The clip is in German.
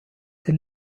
den